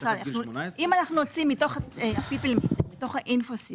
אם נוציא מתוך הפיפל מטר, את הרייטינג